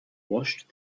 washed